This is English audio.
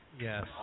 Yes